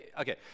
okay